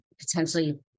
potentially